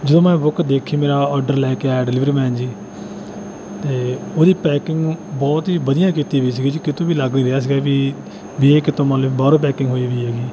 ਜਦੋਂ ਮੈਂ ਬੁੱਕ ਦੇਖੀ ਮੇਰਾ ਆਰਡਰ ਲੈ ਕੇ ਆਇਆ ਡਿਲੀਵਰੀਮੈਨ ਜੀ ਤਾਂ ਉਹਦੀ ਪੈਕਿੰਗ ਬਹੁਤ ਹੀ ਵਧੀਆ ਕੀਤੀ ਹੋਈ ਸੀਗੀ ਜੀ ਕਿਤੋਂ ਵੀ ਲੱਗ ਨਹੀਂ ਰਿਹਾ ਸੀਗਾ ਵੀ ਵੀ ਇਹ ਕਿਤੋਂ ਮਤਲਬ ਬਾਹਰੋਂ ਪੈਕਿੰਗ ਹੋਈ ਵੀ ਹੈਗੀ